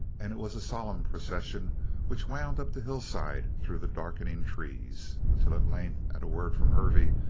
and it was a solemn procession which wound up the hillside through the darkening trees. until at length, at a word from hervey,